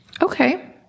Okay